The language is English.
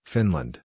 Finland